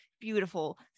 beautiful